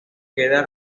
queda